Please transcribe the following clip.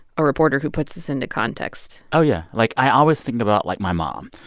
a reporter who puts this into context oh, yeah. like, i always think about, like, my mom.